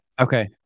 Okay